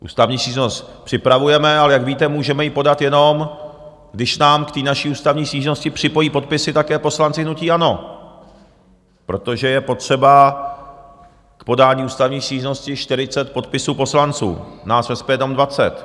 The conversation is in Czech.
Ústavní stížnost připravujeme, ale jak víte, můžeme ji podat, jenom když nám k té naší ústavní stížnosti připojí podpisy také poslanci hnutí ANO, protože je potřeba k podání ústavní stížnosti 40 podpisů poslanců, nás v SPD je jenom 20.